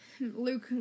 Luke